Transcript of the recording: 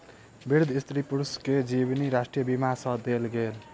वृद्ध स्त्री पुरुष के जीवनी राष्ट्रीय बीमा सँ देल गेल